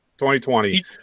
2020